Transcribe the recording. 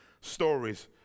stories